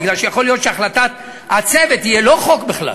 כי יכול להיות שהחלטת הצוות תהיה לא חוק בכלל,